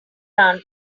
run